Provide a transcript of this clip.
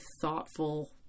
thoughtful